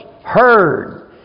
heard